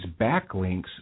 backlinks